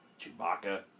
Chewbacca